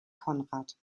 conrad